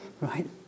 right